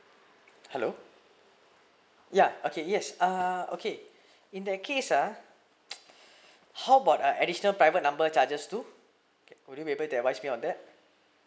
hello ya okay yes uh okay in that case ah how about I additional private number charges to would you be able to advise me on that